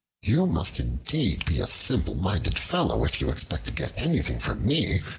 you must indeed be a simple-minded fellow if you expect to get anything from me,